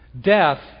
Death